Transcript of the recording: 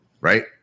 right